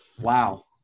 Wow